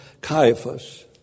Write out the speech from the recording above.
Caiaphas